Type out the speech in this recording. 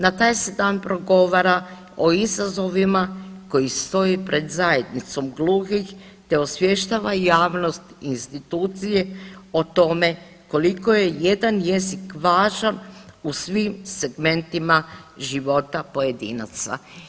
Na taj se dan progovara o izazovima koji stoje pred zajednicom gluhih te osvještava i javnost i institucije o tome koliko je jedan jezik važan u svim segmentima života pojedinaca.